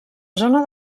zona